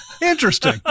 interesting